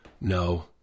no